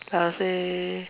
I'll say